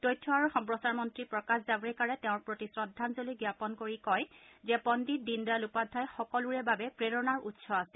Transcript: তথ্য আৰু সম্প্ৰচাৰ মন্ত্ৰী প্ৰকাশ জাব্ৰকাৰে তেওঁৰ প্ৰতি শ্ৰদ্ধাঞ্চলি জ্ঞাপন কৰি কয় যে পণ্ডিত দীনদয়াল উপাধ্যায় সকলোৰে বাবে প্ৰেৰণাৰ উৎস আছিল